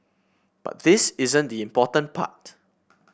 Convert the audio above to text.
but this isn't the important part